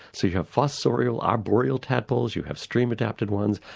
so you have fossorial arboreal tadpoles, you have stream-adapted ones,